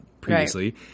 previously